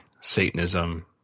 satanism